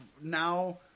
now